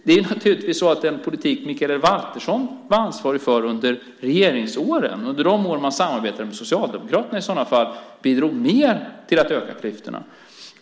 Den politik som Mikaela Valtersson var ansvarig för under de år man samarbetade med Socialdemokraterna bidrog i sådana fall mer till att öka klyftorna.